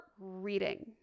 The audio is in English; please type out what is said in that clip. reading